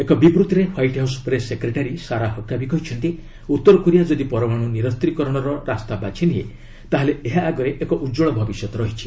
ଏକ ବିବୃଭିରେ White House press secretary Sarah Huckabee କହିଛନ୍ତି ଉତ୍ତର କୋରିଆ ଯଦି ପରମାଣୁ ନିରସ୍ତୀକରଣର ରାସ୍ତା ବାଛି ନିଏ ତାହାହେଲେ ଏହା ଆଗରେ ଏକ ଉଜ୍ଜଳ ଭବିଷ୍ୟତ ରହିଛି